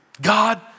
God